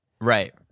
Right